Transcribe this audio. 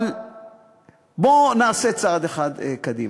אבל בוא נעשה צעד אחד קדימה.